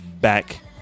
Back